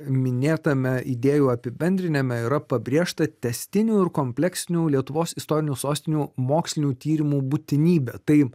minėtame idėjų apibendrinime yra pabrėžta tęstinių ir kompleksinių lietuvos istorinių sostinių mokslinių tyrimų būtinybė tai